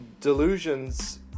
delusions